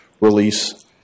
release